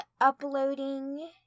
uploading